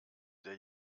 der